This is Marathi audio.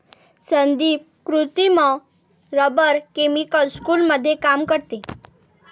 संदीप कृत्रिम रबर केमिकल स्कूलमध्ये काम करते